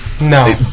No